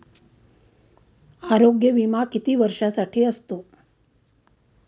आरोग्य विमा किती वर्षांसाठी असतो?